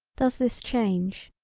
does this change.